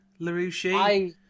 LaRouche